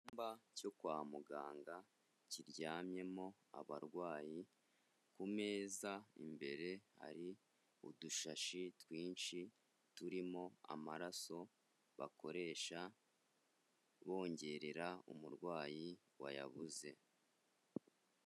Icyumba cyo kwa muganga kiryamyemo abarwayi, ku meza imbere hari udushashi twinshi turimo amaraso bakoresha bongorera umurwayi wayabuze.